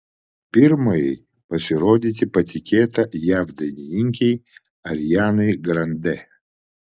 pirmajai pasirodyti patikėta jav dainininkei arianai grande